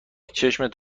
چشمت